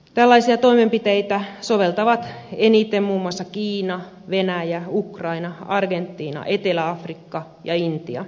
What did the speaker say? tällaisia toimenpiteitä soveltavat eniten muun muassa kiina venäjä ukraina argentiina etelä afrikka ja intia